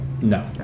No